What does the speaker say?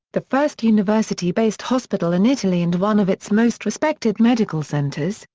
the first university-based hospital in italy and one of its most respected medical centres,